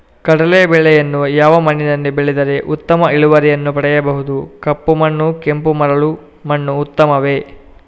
ಕಡಲೇ ಬೆಳೆಯನ್ನು ಯಾವ ಮಣ್ಣಿನಲ್ಲಿ ಬೆಳೆದರೆ ಉತ್ತಮ ಇಳುವರಿಯನ್ನು ಪಡೆಯಬಹುದು? ಕಪ್ಪು ಮಣ್ಣು ಕೆಂಪು ಮರಳು ಮಣ್ಣು ಉತ್ತಮವೇ?